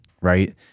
right